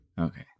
Okay